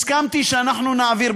הסכמתי שאנחנו נעביר,